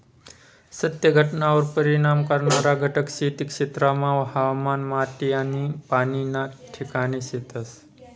सत्य घटनावर परिणाम करणारा घटक खेती क्षेत्रमा हवामान, माटी आनी पाणी ना ठिकाणे शेतस